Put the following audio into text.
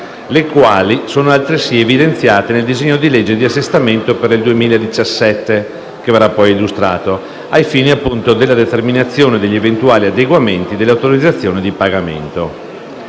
le quali sono altresì evidenziate nel disegno di legge di assestamento per il 2017, che verrà poi illustrato, ai fini della determinazione degli eventuali adeguamenti delle autorizzazioni di pagamento.